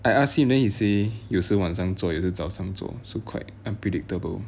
I ask him then he say 有时候晚上做有时候早上做 so quite unpredictable